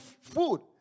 food